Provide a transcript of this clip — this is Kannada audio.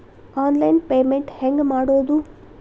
ಆನ್ಲೈನ್ ಪೇಮೆಂಟ್ ಹೆಂಗ್ ಮಾಡೋದು?